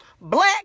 black